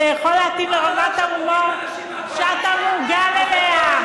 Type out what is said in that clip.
זה יכול להתאים לרמת ההומור שאתה מורגל אליה.